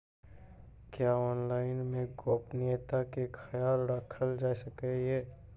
क्या ऑनलाइन मे गोपनियता के खयाल राखल जाय सकै ये?